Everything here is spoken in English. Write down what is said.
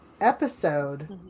episode